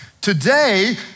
Today